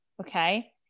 Okay